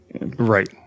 right